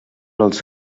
els